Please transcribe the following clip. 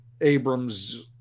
abrams